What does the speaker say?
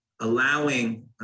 allowing